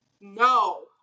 No